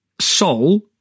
soul